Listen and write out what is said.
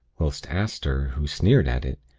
whilst aster, who sneered at it,